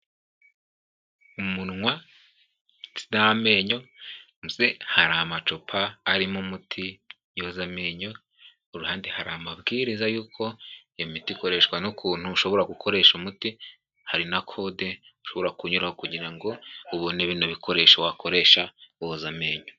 Umunwa n'amenyo munsi hari amacupa arimo umuti yoza amenyo uruhande hari amabwiriza yuko imiti ikoreshwa n'ukuntu ushobora gukoresha umuti hari na kode ushobora kunyuraho kugira ngo ubone bino bikoresho wakoresha woza amenyo.